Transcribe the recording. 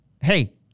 hey